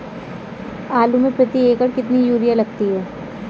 आलू में प्रति एकण कितनी यूरिया लगती है?